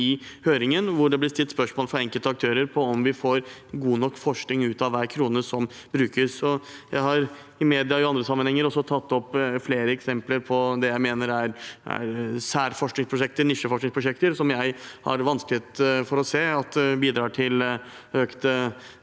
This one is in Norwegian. i høringen, hvor det ble stilt spørsmål fra enkeltaktører om hvorvidt vi får god nok forskning ut av hver krone som brukes. Jeg har i mediene og i andre sammenhenger tatt opp flere eksempler på det jeg mener er særforskningsprosjekter, nisjeforskningsprosjekter, som jeg har vanskeligheter med å se at bidrar til økt